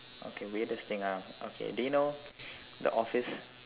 okay weirdest thing ah okay uh do you know the office